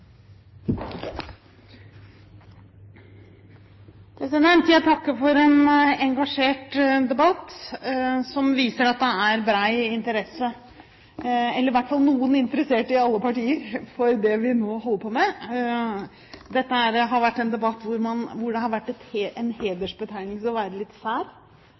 interesse – i hvert fall noen interesserte i alle partier – for det vi nå holder på med. Dette har vært en debatt hvor det har vært en hedersbetegnelse å være litt sær;